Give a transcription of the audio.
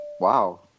wow